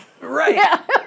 right